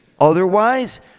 Otherwise